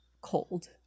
cold